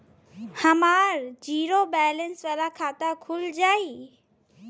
हमार zero balance वाला खाता खुल जाई?